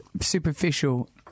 superficial